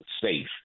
safe